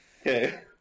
Okay